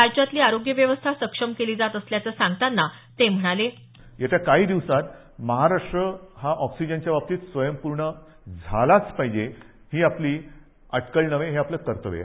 राज्यातली आरोग्य व्यवस्था सक्षम केली जात असल्याचं सांगताना ते म्हणाले येत्या काही दिवसांत महाराष्ट्र हा ऑक्सिजनच्या बाबतीत स्वयंपूर्ण झालाच पाहिजे ही आपली अटकळ नव्हे हे आपलं कर्तव्य आहे